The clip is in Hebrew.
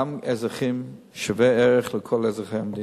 גם אזרחים שווי ערך לכל אזרחי המדינה.